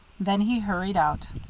then he hurried out.